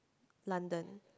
London